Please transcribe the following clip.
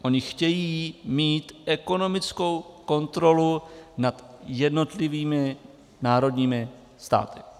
Oni chtějí mít ekonomickou kontrolu nad jednotlivými národními státy.